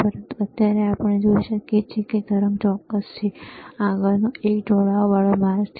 પરંતુ અત્યારે આપણે જોઈ શકીએ છીએ કે તરંગ ચોરસ છે આગળનો એક ઢોળાવવાળો માર્ગ છે